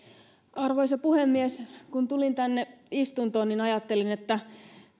arvoisa puhemies kun tulin tänne istuntoon ajattelin että